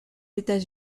états